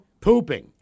Pooping